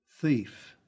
thief